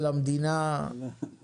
לרשויות ולמדינה מיליארד,